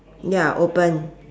ya open